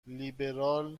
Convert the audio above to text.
لیبرال